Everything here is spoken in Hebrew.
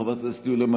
חבר הכנסת יוסף טייב,